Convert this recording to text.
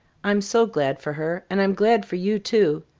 i'm so glad for her! and i'm glad for you, too!